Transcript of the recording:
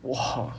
!wah!